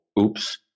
oops